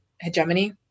hegemony